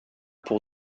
pour